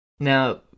Now